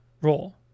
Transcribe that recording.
role